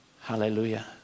Hallelujah